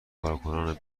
کارکنان